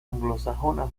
anglosajona